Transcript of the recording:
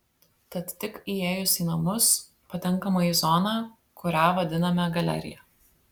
tad tik įėjus į namus patenkama į zoną kurią vadiname galerija